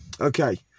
Okay